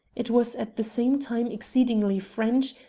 it was at the same time exceedingly french,